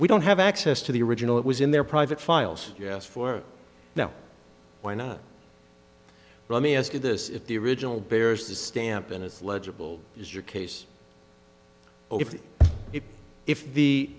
we don't have access to the original it was in their private files yes for now why not let me ask you this if the original bears the stamp and it's legible is your case if it if the